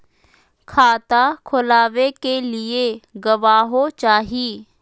खाता खोलाबे के लिए गवाहों चाही?